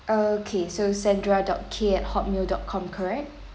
okay so sandra dot K at hotmail dot com correct